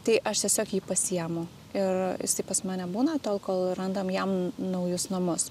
tai aš tiesiog jį pasiemu ir jisai pas mane būna tol kol randam jam naujus namus